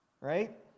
right